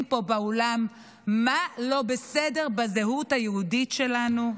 פה באולם מה לא בסדר בזהות היהודית שלנו?